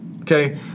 okay